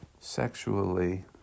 Sexually